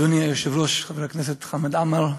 אדוני היושב-ראש חבר הכנסת חמד עמאר,